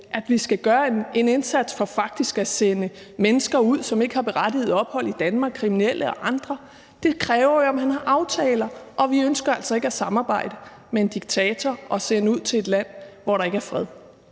at vi skal gøre en indsats for faktisk at sende mennesker ud, som ikke har berettiget ophold i Danmark, altså kriminelle og andre. Det kræver jo, at man har aftaler, og vi ønsker altså ikke at samarbejde med en diktator og sende mennesker til et land, hvor der ikke er fred.